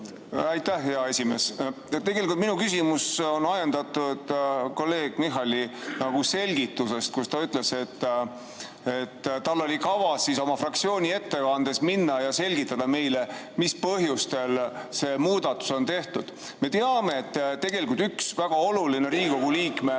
Aitäh, hea esimees! Minu küsimus on ajendatud kolleeg Michali selgitusest. Ta ütles, et tal oli kavas oma fraktsiooni ettekandes selgitada meile, mis põhjustel see muudatus on tehtud. Me teame, et tegelikult üks väga oluline Riigikogu liikme